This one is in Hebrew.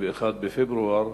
ה-21 בפברואר.